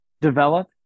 develop